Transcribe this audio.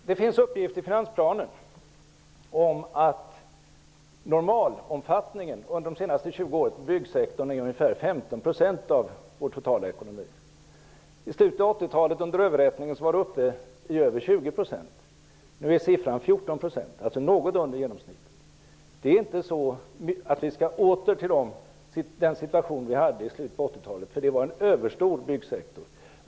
Det finns en uppgift i finansplanen om att byggsektorns normala omfattning under de senaste 20 åren är ungefär 15 % av vår totala ekonomi. I slutet av 80-talet, under överhettningen, var den uppe i över 20 %. Nu är siffran 14 %, alltså något under genomsnittet. Det är inte så att vi skall åter till den situation som vi hade i slutet av 80-talet, för det var en överstor byggsektor.